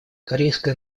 корейская